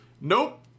Nope